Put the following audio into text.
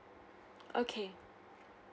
okay